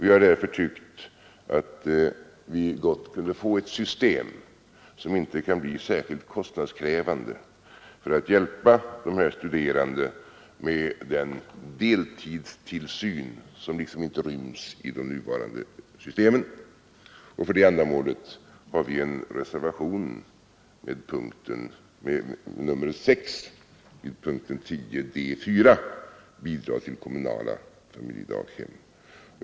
Vi har därför tyckt att det gott kunde införas ett system — som inte kan bli särskilt kostnadskrävande — för att hjälpa de här studerandena med den deltidstillsyn som liksom inte ryms i de nuvarande systemen, och för det ändamålet har vi avgivit reservationen 6 vid punkten 10 D 4, bidrag till kommunala familjedaghem.